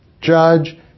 judge